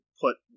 put